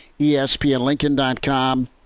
ESPNLincoln.com